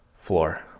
floor